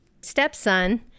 stepson